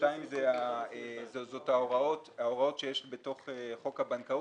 על ההוראות שיש בתוך חוק הבנקאות,